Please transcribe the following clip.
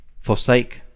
forsake